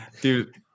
Dude